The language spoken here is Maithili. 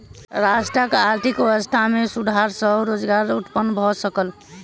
राष्ट्रक आर्थिक व्यवस्था में सुधार सॅ रोजगार उत्पन्न भ सकल